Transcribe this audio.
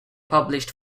published